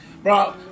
Bro